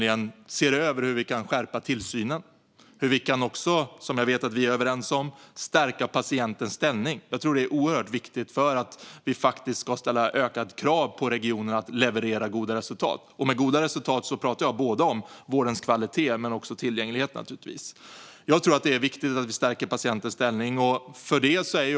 Det handlar om att vi ser över hur vi kan skärpa tillsynen. Vi kan också, som jag vet att vi är överens om, stärka patientens ställning. Det är oerhört viktigt för att vi ska kunna ställa ökade krav på regionerna att leverera goda resultat. Med goda resultat talar jag om både vårdens kvalitet och naturligtvis tillgängligheten. Det är viktigt att vi stärker patientens ställning.